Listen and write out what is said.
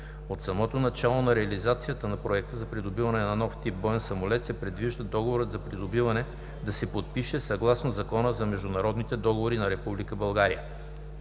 От самото начало на реализация на Проекта за придобиване на нов тип боен самолет се предвижда договорът за придобиване да се подпише съгласно Закона за международните договори на